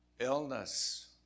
Illness